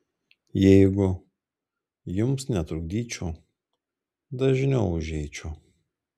jeigu jums netrukdyčiau dažniau užeičiau